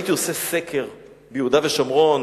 הייתי עושה סקר ביהודה ושומרון,